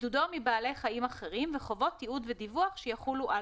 בידודו מבעלי חיים אחרים וחובות תיעוד ודיווח שיחולו על